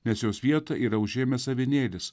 nes jos vietą yra užėmęs avinėlis